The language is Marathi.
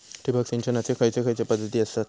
ठिबक सिंचनाचे खैयचे खैयचे पध्दती आसत?